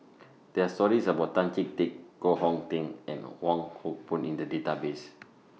There Are stories about Tan Chee Teck Koh Hong Teng and Wong Hock Boon in The Database